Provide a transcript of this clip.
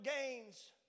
gains